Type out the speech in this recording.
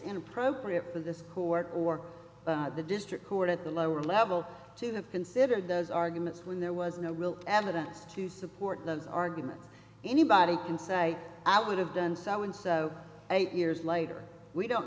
inappropriate for this court or the district court at the lower level to have considered those arguments when there was no real evidence to support those arguments anybody can say i would have done so and so eight years later we don't